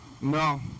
No